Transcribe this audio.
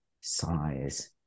size